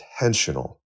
intentional